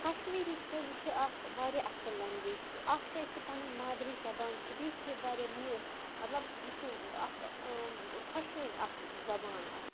کشمیٖری چھےٚ یہِ چھُ اَکھ واریاہ اَصٕل لنٛگویج اَکھ چھِ اَسہِ یہِ پَنٕںۍ مادری زبان چھِ بیٚیہِ چھِ یہِ واریاہ میٖٹھ مطلب یہِ چھِ اَکھ خۄشوٕنۍ اَکھ زبان اَکھ